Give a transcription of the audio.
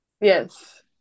Yes